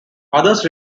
others